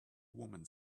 woman